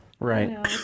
Right